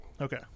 Okay